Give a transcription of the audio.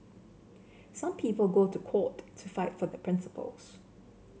some people go to court to fight for their principles